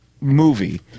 movie